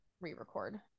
re-record